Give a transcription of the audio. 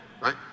right